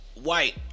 White